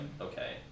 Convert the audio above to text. okay